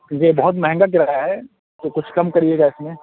جی بہت مہنگا کرایہ ہے کہ کچھ کم کریے گا اس میں